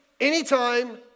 anytime